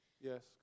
Yes